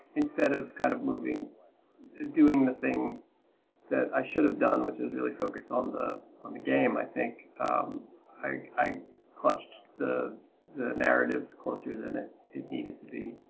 instead of kind of doing like doing the thing that i should have done which is really focus on the on the game. i think i clutched the the narrative closer than it it needed to be.